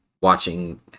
watching